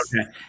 Okay